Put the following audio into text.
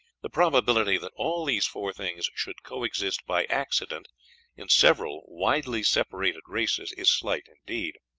the probability that all these four things should coexist by accident in several widely separated races is slight indeed.